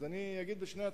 אני אגיד על שני התחומים: